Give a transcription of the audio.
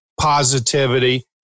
positivity